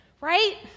right